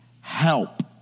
help